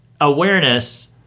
awareness